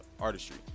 artistry